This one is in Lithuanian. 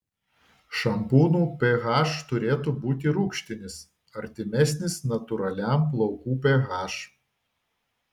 šampūnų ph turėtų būti rūgštinis artimesnis natūraliam plaukų ph